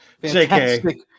fantastic